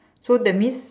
so that means